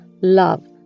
love